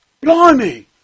Blimey